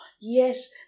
Yes